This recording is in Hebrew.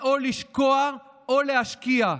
זה או לשקוע או להשקיע.